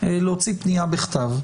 להוציא פנייה בכתב,